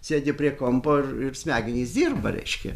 sėdi prie kompo ir smegenys dirba reiškia